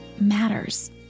matters